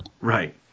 Right